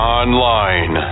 online